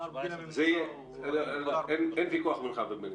אין ויכוח בינך וביני.